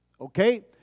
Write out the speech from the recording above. Okay